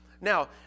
Now